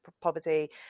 poverty